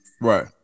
right